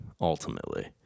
ultimately